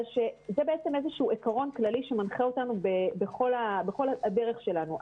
זה עיקרון כללי שמנחה אותנו בכל הדרך שלנו.